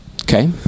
Okay